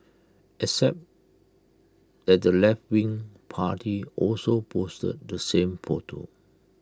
except that the leftwing party also posted the same photo